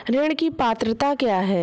ऋण की पात्रता क्या है?